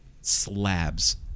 slabs